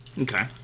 Okay